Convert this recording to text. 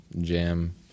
jam